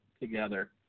together